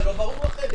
לא ברור לכם?